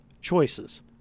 choices